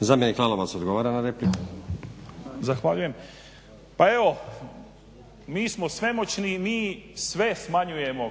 Zamjenik Lalovac odgovara na repliku. **Lalovac, Boris** Pa evo, mi smo svemoćni mi sve smanjujemo,